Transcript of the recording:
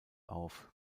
auf